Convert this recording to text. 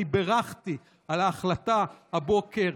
אני בירכתי על ההחלטה הבוקר,